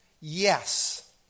yes